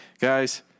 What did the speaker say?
Guys